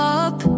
up